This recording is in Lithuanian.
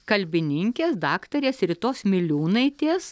kalbininkės daktarės ritos miliūnaitės